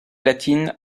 latine